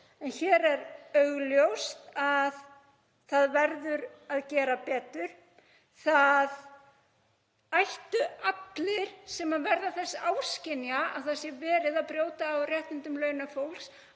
En hér er augljóst að það verður að gera betur. Það ættu allir sem verða þess áskynja að verið sé að brjóta á réttindum launafólks